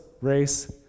race